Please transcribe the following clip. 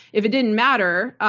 if it didn't matter,